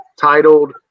titled